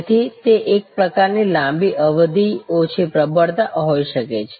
તેથી તે એક પ્રકારની લાંબી અવધિ ઓછી પ્રબળતા હોઈ શકે છે